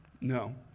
No